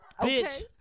bitch